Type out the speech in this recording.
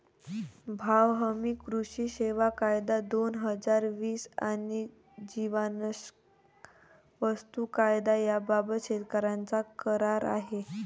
भाव हमी, कृषी सेवा कायदा, दोन हजार वीस आणि जीवनावश्यक वस्तू कायदा याबाबत शेतकऱ्यांचा करार आहे